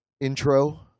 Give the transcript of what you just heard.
intro